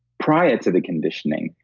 prior to the conditioning,